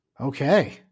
Okay